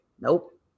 Nope